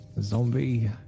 Zombie